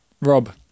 Rob